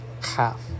half